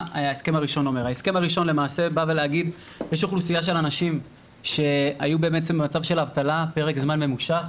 אומר שיש אוכלוסייה של אנשים שהיו במצב של אבטלה פרק זמן ממושך,